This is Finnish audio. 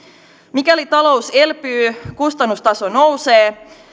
mikäli talous elpyy kustannustaso nousee